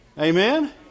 Amen